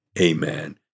Amen